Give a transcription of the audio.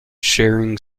sharing